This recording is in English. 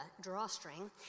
drawstring